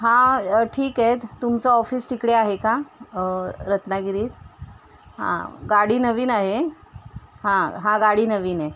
हां ठीक आहेत तुमचं ऑफिस तिकडे आहे का रत्नागिरीत हां गाडी नवीन आहे हां हां गाडी नवीन आहे